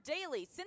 daily